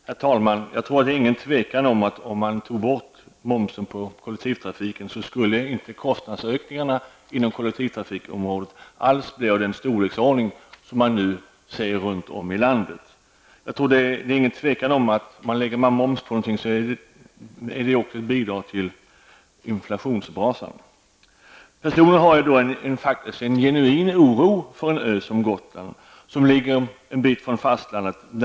Herr talman! Det råder inga tvivel om att om momsen togs bort på kollektivtrafiken, skulle inte kostnadsökningarna inom kollektivtrafikområdet alls bli av den storleksordningen som man nu befarar runt om i landet. Om man lägger moms på någonting, bidrar detta helt klart till inflationsbrasan. Personligen hyser jag en genuin oro för en ö som Gotland, som ligger en bit från fastlandet.